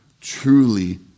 truly